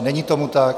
Není tomu tak.